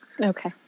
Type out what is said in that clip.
Okay